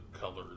colors